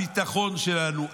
הביטחון שלנו,